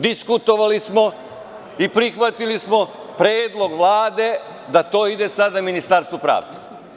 Diskutovali smo i prihvatili smo predlog Vlade da to ide sada Ministarstvu pravde.